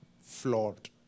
flawed